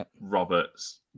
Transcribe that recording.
Roberts